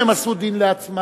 אם הם עשו דין לעצמם,